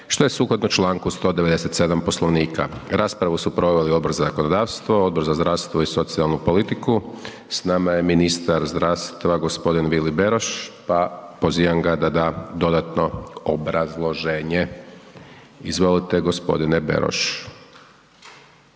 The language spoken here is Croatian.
što je sukladno čl. 197. Poslovnika. Raspravu su proveli Odbor za zakonodavstvo, Odbor za zdravstvo i socijalnu politiku. S nama je ministar zdravstva, g. Vili Beroš pa pozivam da ga da dodatno obrazloženje. Izvolite g. Beroš.